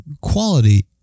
quality